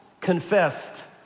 confessed